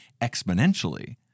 exponentially